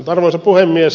arvoisa puhemies